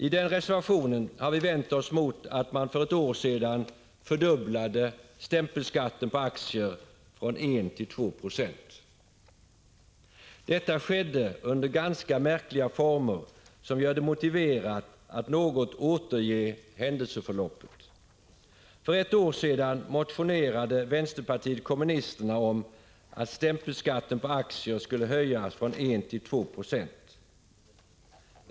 I den reservationen har vi vänt oss mot att man för ett år sedan fördubblade stämpelskatten på aktier, ökade den från 1 till 2 96. Detta skedde under ganska märkliga former, som gör det motiverat att något återge händelseförloppet. För ett år sedan motionerade vänsterpartiet kommunisterna om att stämpelskatten på aktier skulle höjas från 1 90 till 2 20.